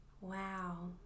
Wow